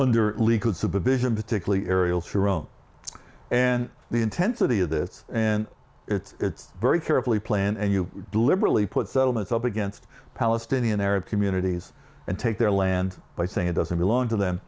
nder likud supervision particularly ariel sharon and the intensity of this and it's very carefully planned and you deliberately put settlements up against palestinian arab communities and take their land by saying it doesn't belong t